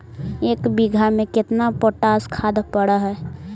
एक बिघा में केतना पोटास खाद पड़ है?